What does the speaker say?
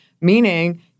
meaning